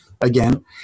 again